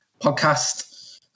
podcast